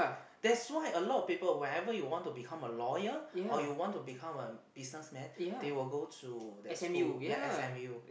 that's why a lot of people whenever you want to become a lawyer or you want to become a businessman they will go to that school ya s_m_u